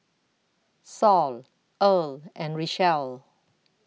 Saul Earle and Richelle